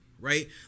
Right